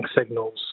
signals